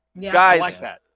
Guys